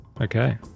Okay